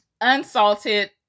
unsalted